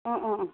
अ अ अ